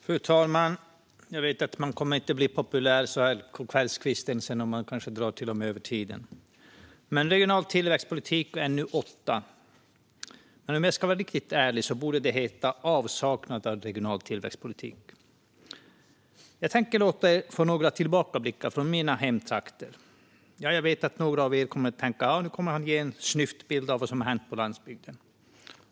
Fru talman! Jag vet att jag inte kommer att bli populär om jag drar över tiden så här på kvällskvisten. Betänkande NU8 heter Regional tillväxtpolitik , men om jag ska vara riktigt ärlig borde det heta Avsaknad av regional tillväxtpolitik . Jag tänker låta er få några tillbakablickar från mina hemtrakter. Jag vet att några av er kommer att tänka: "Nu kommer han att ge en snyftbild av vad som hänt på landsbygden."